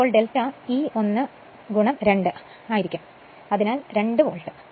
അതിനാൽ delta E 1 2 ആയിരിക്കും അതിനാൽ 2 വോൾട്ട്